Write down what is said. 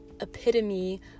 epitome